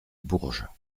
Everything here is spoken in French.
bourges